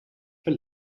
for